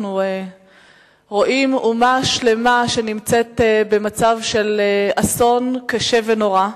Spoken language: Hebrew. אנחנו רואים אומה שלמה שנמצאת במצב של אסון קשה ונורא,